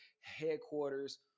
headquarters